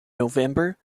november